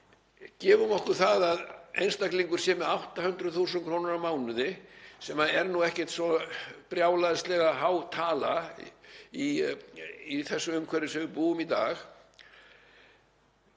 Gefum okkur það að einstaklingur sé með 800.000 kr. á mánuði, sem er nú ekkert svo brjálæðislega há tala í þessu umhverfi sem við búum í í